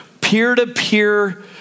peer-to-peer